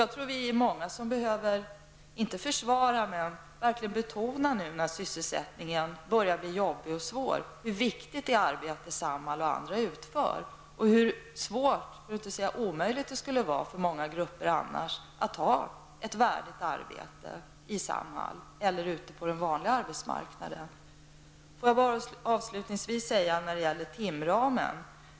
Vi är många som behöver inte försvara, men dock betona, när sysselsättningen blir svårare att upprätthålla hur viktigt det arbete är som Samhall och andra institutioner utför. Det skulle vara svårt, för att inte säga omöjligt, för många grupper att annars kunna ha ett värdigt arbete, i Samhall eller ute på den vanliga arbetsmarknaden. Slutligen har vi timramen.